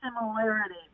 similarity